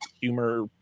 humor